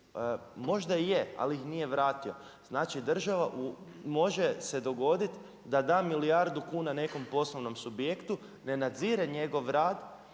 Možda i je, ali ih nije vratio. Znači država može se dogoditi da milijardu kuna nekom poslovnom subjektu, ne nadzire njegov rad